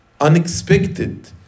unexpected